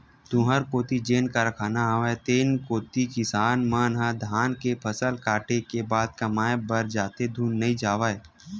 तुँहर कोती जेन कारखाना हवय तेन कोती किसान मन ह धान के फसल कटे के बाद कमाए बर जाथे धुन नइ जावय?